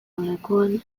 lekuan